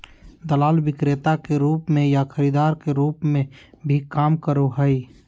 दलाल विक्रेता के रूप में या खरीदार के रूप में भी काम करो हइ